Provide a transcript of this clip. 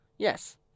Yes